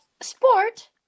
Sport